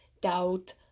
doubt